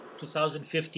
2015